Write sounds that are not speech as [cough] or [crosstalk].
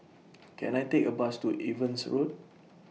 [noise] Can I Take A Bus to Evans Road [noise]